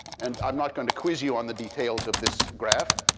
and i'm not going to quiz you on the details of this graph.